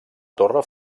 torre